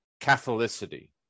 Catholicity